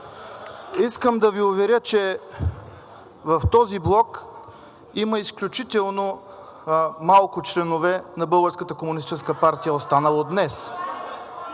искам да Ви уверя, че в този блок има изключително малко членове на Българската